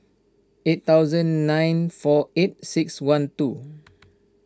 eight thousand nine four eight six one two